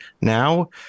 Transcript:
now